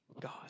God